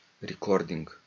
recording